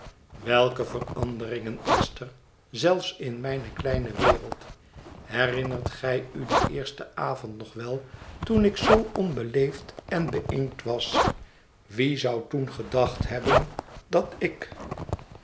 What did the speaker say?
welke veranderingen esther zelfs in mijne kleine wereld herinnert gij u dien eersten avond nog wel toen ik zoo onbeleefd en bémkt was wie zou toen gedacht hebben dat ik